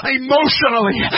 emotionally